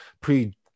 pre